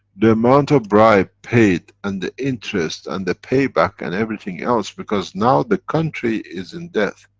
the amount of bribe paid, and the interest and the payback, and everything else, because now the country is in debt.